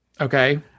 Okay